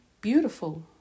beautiful